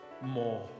more